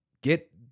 get